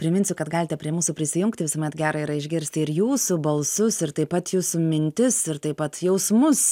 priminsiu kad galite prie mūsų prisijungti visuomet gera yra išgirsti ir jūsų balsus ir taip pat jūsų mintis ir taip pat jausmus